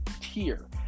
tier